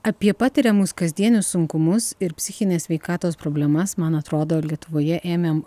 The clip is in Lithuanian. apie patiriamus kasdienius sunkumus ir psichinės sveikatos problemas man atrodo lietuvoje ėmėm